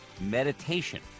meditation